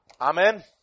Amen